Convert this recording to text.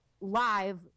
live